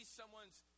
someone's